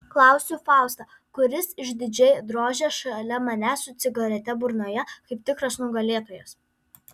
klausiu faustą kuris išdidžiai drožia šalia manęs su cigarete burnoje kaip tikras nugalėtojas